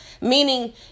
meaning